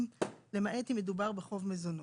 "למעט אם מדובר בחוב מזונות".